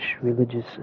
religious